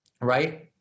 right